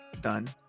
done